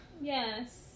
yes